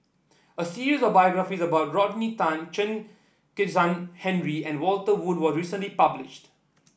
a series of biographies about Rodney Tan Chen Kezhan Henri and Walter Woon was recently published